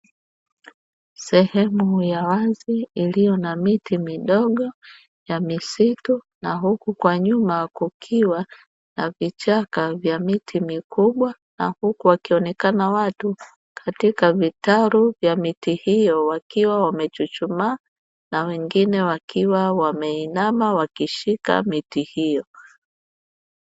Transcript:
Sehemu ndogo ya miti midogo ya misitu na huku kwa nyuma kukiwa na vichaka vya miti mikubwa, na huku wakionekana watu katika vitara vya miti hiyo wakiwa wamechuchuma na wengine wakiwa wameinama wakishika miti hiyo.